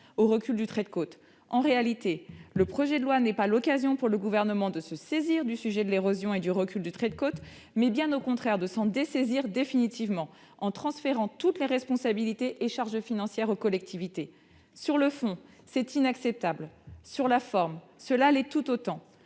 au recul du trait de côte. En réalité, ce projet de loi n'est pas l'occasion, pour le Gouvernement, de se saisir du sujet de l'érosion et du recul du trait de côte, mais bien, au contraire, de s'en dessaisir définitivement, en transférant toutes les responsabilités et charges financières aux collectivités. Sur le fond, c'est inacceptable ; sur la forme, cela l'est tout autant.